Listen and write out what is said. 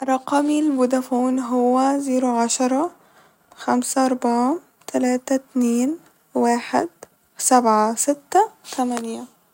رقمي الفودافون هو زيرو عشرة خمسة أربعة تلاتة اتنين واحد سبعة ستة تمانية